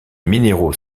minéraux